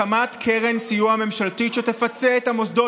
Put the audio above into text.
הקמת קרן סיוע ממשלתית שתפצה את המוסדות